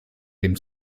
dem